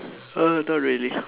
uh not really